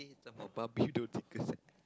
some barbie doll sticker set